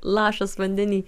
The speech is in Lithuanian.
lašas vandeny